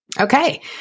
Okay